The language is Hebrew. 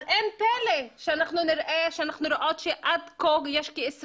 אז אין פלא שאנחנו רואות שעד כה יש כ-20